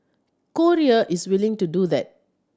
Korea is willing to do that